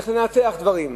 איך לנתח דברים,